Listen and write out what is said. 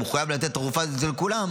אתה מחויב לתת את התרופה לכולם,